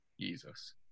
Jesus